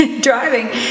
driving